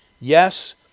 Yes